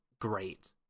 great